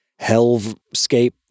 hellscape